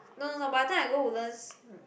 no no no by the time I go Woodlands